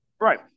Right